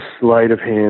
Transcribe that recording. sleight-of-hand